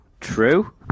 True